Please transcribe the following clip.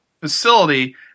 facility